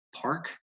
Park